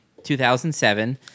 2007